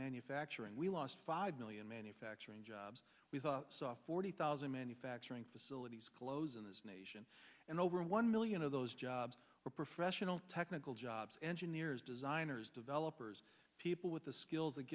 manufacturing we lost five million manufacturing jobs we saw forty thousand manufacturing facilities close in this nation and over one million of those jobs were professional technical jobs engineers designers developers people with the skills t